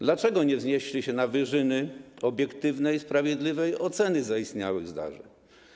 Dlaczego nie wznieśli się na wyżyny obiektywnej, sprawiedliwej oceny zaistniałych zdarzeń?